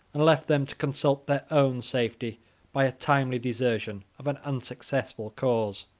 and left them to consult their own safety by a timely desertion of an unsuccessful cause.